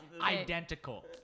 Identical